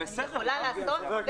לא, אם תיתנו לי תקציב אני יכולה לעשות.